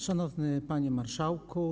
Szanowny Panie Marszałku!